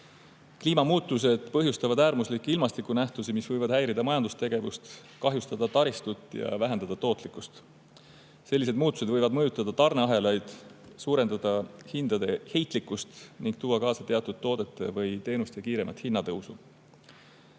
Kliimamuutused põhjustavad äärmuslikke ilmastikunähtusi, mis võivad häirida majandustegevust, kahjustada taristut ja vähendada tootlikkust. Sellised muutused võivad mõjutada tarneahelaid, suurendada hindade heitlikkust ning tuua kaasa teatud toodete või teenuste hinna